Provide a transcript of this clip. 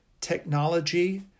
technology